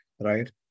right